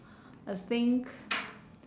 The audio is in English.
I think